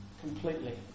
Completely